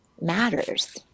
matters